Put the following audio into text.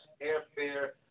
airfare